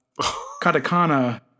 katakana